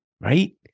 right